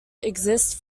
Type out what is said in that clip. exist